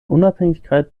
unabhängigkeit